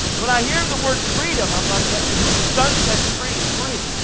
when i hear the word freedom, i'm like in whom the son sets free is free.